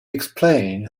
explain